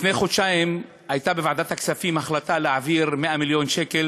לפני חודשיים הייתה בוועדת הכספים החלטה להעביר 100 מיליון שקל